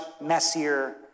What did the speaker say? messier